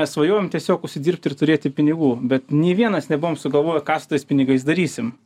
mes svajojom tiesiog užsidirbti ir turėti pinigų bet nei vienas nebuvom sugalvoję ką su tais pinigais darysim